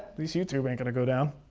least youtube ain't gonna go down.